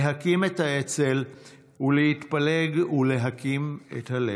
להקים את האצ"ל ולהתפלג ולהקים את הלח"י,